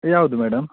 ಯಾವುದು ಮೇಡಮ್